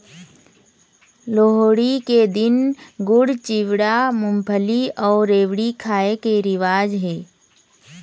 लोहड़ी के दिन गुड़, चिवड़ा, मूंगफली अउ रेवड़ी खाए के रिवाज हे